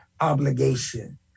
obligation